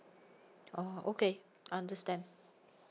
oh okay I understand